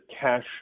cash